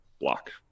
block